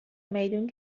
میدون